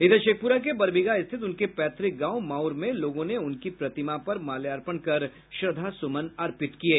इधर शेखपुरा के बरबीघा स्थित उनके पैतृक गांव माउर में लोगों ने उनकी प्रतिमा पर माल्यार्पण कर श्रद्धा सुमन अर्पित किये